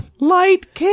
light